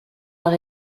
par